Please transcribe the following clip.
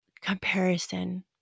Comparison